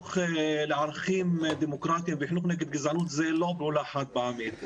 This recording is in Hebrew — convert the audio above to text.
שחינוך לערכים דמוקרטים וחינוך נגד גזענות זה לא פעולה חד פעמית.